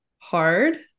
hard